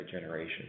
generation